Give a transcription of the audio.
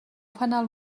fanal